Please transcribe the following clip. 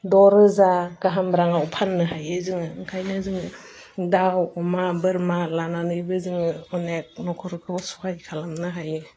द' रोजा गाहाम राङाव फाननो हायो जोङो ओंखायनो जोङो दाउ अमा बोरमा लानानैबो जोङो अनेक न'खरखौ सहाय खालामनो हायो